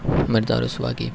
مرزا رسوا کی